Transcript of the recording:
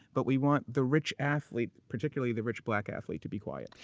but we want the rich athlete, particularly the rich black athlete, to be quiet.